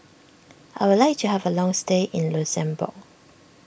I would like to have a long stay in Luxembourg